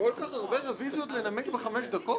כל כך הרבה רביזיות לנמק בחמש דקות?